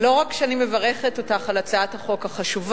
לא רק שאני מברכת אותך על הצעת החוק החשובה,